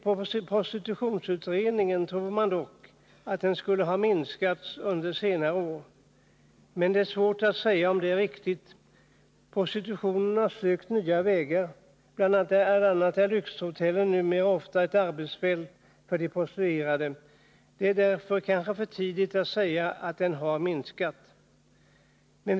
Prostitutionsutredningen tror dock att den har minskat under senare år, men det är svårt att säga om det är riktigt. Prostitutionen har sökt nya vägar. Bl. a. är lyxhotellen numera ofta ett arbetsfält för de prostituerade. Därför är det nog för tidigt att påstå att prostitutionen har minskat i omfattning.